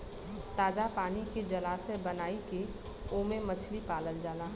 ताजा पानी के जलाशय बनाई के ओमे मछली पालन होला